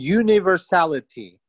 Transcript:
universality